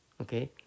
Okay